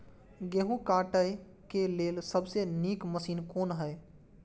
गेहूँ काटय के लेल सबसे नीक मशीन कोन हय?